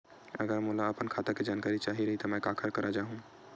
अगर मोला अपन खाता के जानकारी चाही रहि त मैं काखर करा जाहु?